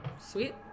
Sweet